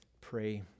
pray